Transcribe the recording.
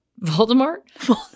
voldemort